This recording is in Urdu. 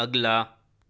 اگلا